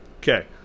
Okay